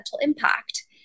impact